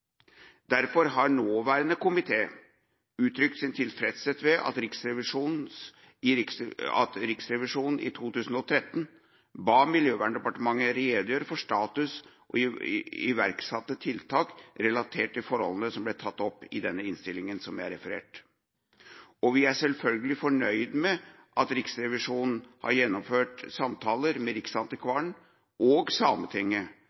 Derfor har nåværende komité uttrykt sin tilfredshet med at Riksrevisjonen i 2013 ba Miljøverndepartementet redegjøre for status og iverksatte tiltak relatert til forholdene som ble tatt opp i den innstillinga som det ble referert til. Vi er selvfølgelig fornøyd med at Riksrevisjonen har gjennomført samtaler med Riksantikvaren og Sametinget